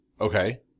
Okay